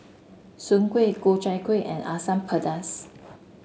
Soon Kway Ku Chai Kueh and Asam Pedas